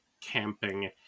camping